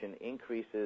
increases